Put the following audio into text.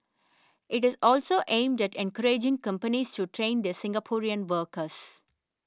it is also aimed at encouraging companies to train their Singaporean workers